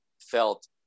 felt